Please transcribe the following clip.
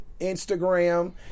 Instagram